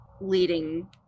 leading